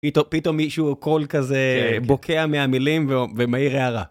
פתאום מישהו קול כזה בוקע מהמילים ומאיר הערה.